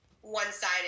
one-sided